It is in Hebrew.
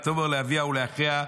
ותאמר לאביה ולאחיה: